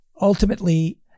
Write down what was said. ultimately